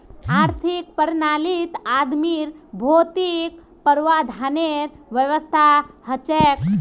आर्थिक प्रणालीत आदमीर भौतिक प्रावधानेर व्यवस्था हछेक